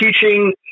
teaching